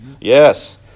Yes